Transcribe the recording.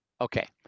Okay